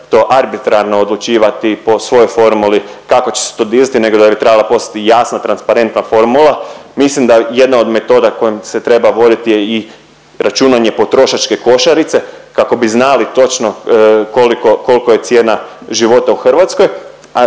to arbitrarno odlučivati po svojoj formuli kako će se to dizati nego da bi trebala postojati jasna transparentna formula. Mislim da jedna od metoda kojom se treba voditi je i računanje potrošačke košarice kako bi znali točno koliko, koliko je cijena života u Hrvatskoj,